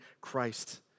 Christ